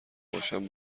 باشم